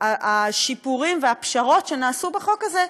והשיפורים והפשרות שנעשו בחוק הזה,